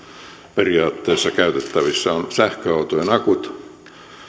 periaatteessa käytettävissä ovat sähköautojen akut